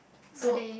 so